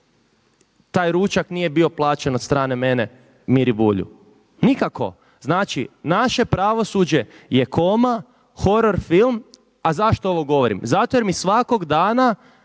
taj ručak nije bio plaćen od strane mene Miri Bulju? Nikako. Znači, naše pravosuđe je koma, horor film. A zašto ovo govorim? Zato jer mi svakog dana,